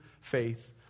faith